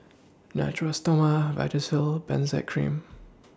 Natura Stoma Vagisil Benzac Cream